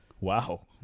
Wow